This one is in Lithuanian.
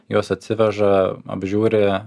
juos atsiveža apžiūri